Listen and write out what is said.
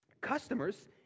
Customers